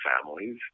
families